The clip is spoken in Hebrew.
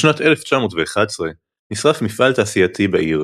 בשנת 1911, נשרף מפעל תעשייתי בעיר